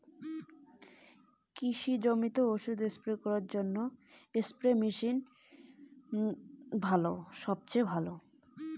কৃষি জমিতে ওষুধ স্প্রে করতে কোন ধরণের মেশিন সবচেয়ে ভালো?